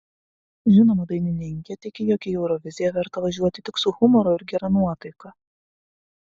žinoma dainininkė tiki jog į euroviziją verta važiuoti tik su humoru ir gera nuotaika